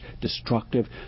destructive